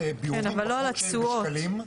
כן אבל לא על התשואות.